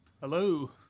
Hello